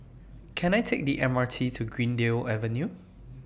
Can I Take The M R T to Greendale Avenue